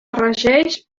regeix